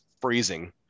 freezing